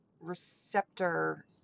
receptor